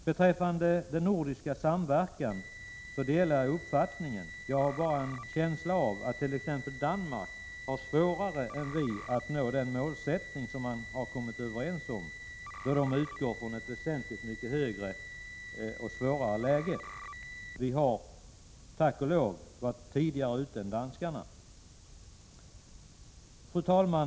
Beträffande den nordiska samverkan har jag en känsla av att t.ex. Danmark har svårare än vi att nå den målsättning som vi kommit överens om, då man i Danmark utgår från ett väsentligt svårare läge. Vi har tack och lov varit tidigare ute än danskarna. Fru talman!